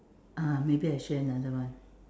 ah maybe I share another one